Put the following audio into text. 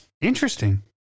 Interesting